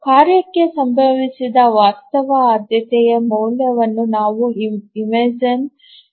ಕಾರ್ಯಕ್ಕೆ ಸಂಬಂಧಿಸಿದ ವಾಸ್ತವ ಆದ್ಯತೆಯ ಮೌಲ್ಯವನ್ನು ನಾವು imagine ಹಿಸಬಹುದು